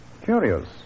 Curious